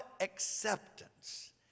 acceptance